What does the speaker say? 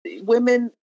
Women